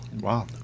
Wow